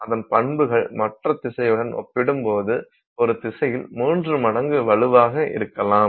அதன் பண்புகள் மற்ற திசையுடன் ஒப்பிடும்போது ஒரு திசையில் மூன்று மடங்கு வலுவாக இருக்கலாம்